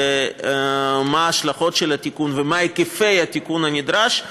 מה ההשלכות של התיקון ומה היקפי התיקון הנדרש,